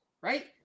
right